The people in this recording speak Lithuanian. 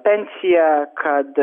pensiją kad